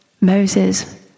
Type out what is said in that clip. Moses